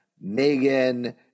Megan